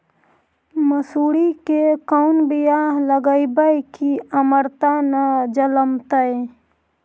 मसुरी के कोन बियाह लगइबै की अमरता न जलमतइ?